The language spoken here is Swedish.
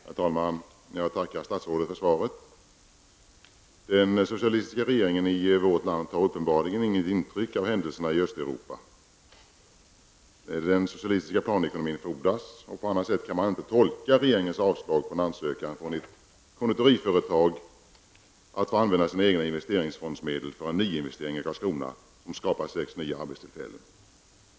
Herr talman! Jag tackar statsrådet för svaret. Den socialistiska regeringen i vårt land tar uppenbarligen inget intryck av händelserna i Östeuropa. Den socialistiska planekonomin frodas. På annat sätt kan man inte tolka regeringens avslag på en ansökan från ett konditoriföretag att få använda sina egna investeringsfondsmedel för en nyinvestering i Karlskrona, som skapar sex nya arbetstillfällen.